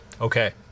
Okay